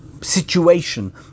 situation